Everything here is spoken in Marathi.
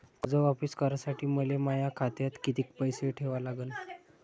कर्ज वापिस करासाठी मले माया खात्यात कितीक पैसे ठेवा लागन?